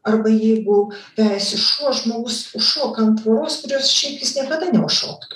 arba jeigu vejasi šuo žmogus užšoka ant tvoros kurios šiaip jis niekada neužšoktų